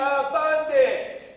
abundant